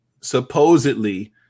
supposedly